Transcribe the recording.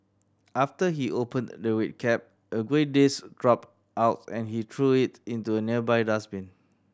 after he opened the red cap a grey disc dropped out and he threw it into a nearby dustbin